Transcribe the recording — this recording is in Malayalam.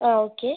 ആ ഓക്കെ